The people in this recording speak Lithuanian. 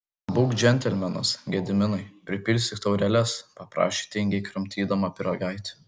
būk džentelmenas gediminai pripilstyk taureles paprašė tingiai kramtydama pyragaitį